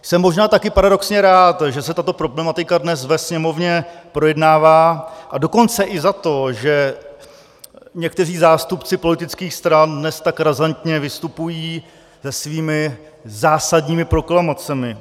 Jsem možná taky paradoxně rád, že se tato problematika dnes ve Sněmovně projednává, a dokonce i za to, že někteří zástupci politických stran dnes tak razantně vystupují se svými zásadními proklamacemi.